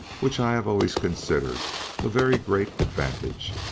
which i have always considered a very great advantage.